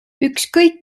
ükskõik